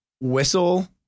whistle